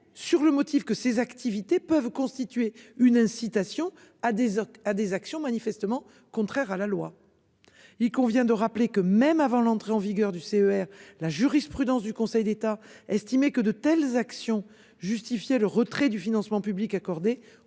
sur le motif que ces activités peuvent constituer une incitation à des à des actions manifestement contraire à la loi. Il convient de rappeler que même avant l'entrée en vigueur du CER la jurisprudence du Conseil d'État estimé que de telles actions justifier le retrait du financement public accordé